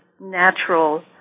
natural